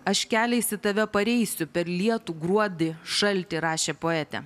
aš keliais į tave pareisiu per lietų gruodį šaltį rašė poetė